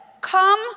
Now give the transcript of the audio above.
come